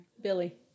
Billy